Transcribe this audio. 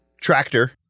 tractor